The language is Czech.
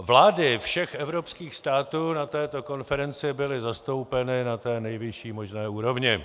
Vlády všech evropských států na této konferenci byly zastoupeny na té nejvyšší možné úrovni.